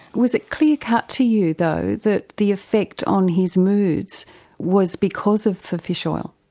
was it clear-cut to you though that the effect on his moods was because of the fish oil?